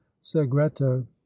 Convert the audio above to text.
segreto